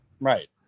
right